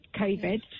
covid